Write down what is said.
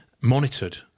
monitored